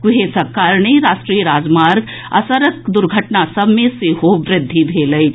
कुहेसक कारणे राष्ट्रीय राजमार्ग आ सड़क दुर्घटना सभ मे सेहो वृद्धि भेल अछि